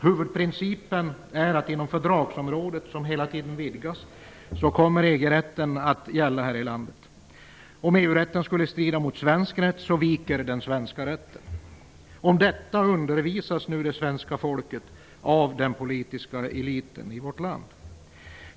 Huvudprincipen är att inom fördragsområdet, som hela tiden vidgas, kommer EG-rätten att gälla här i landet. Om EU-rätten skulle strida mot svensk rätt viker den svenska rätten. Om detta undervisas nu det svenska folket av den politiska eliten i vårt land.